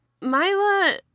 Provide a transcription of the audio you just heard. Myla